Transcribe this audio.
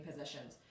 positions